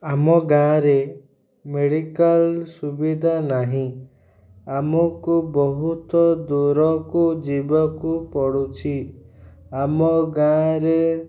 ଆମ ଗାଁ'ରେ ମେଡ଼ିକାଲ୍ ସୁବିଧା ନାହିଁ ଆମକୁ ବହୁତ ଦୂରକୁ ଯିବାକୁ ପଡ଼ୁଛି ଆମ ଗାଁ'ରେ